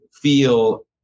feel